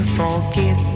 forget